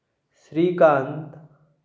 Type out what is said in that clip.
Shrikant